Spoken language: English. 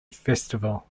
festival